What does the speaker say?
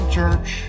church